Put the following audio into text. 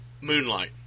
Moonlight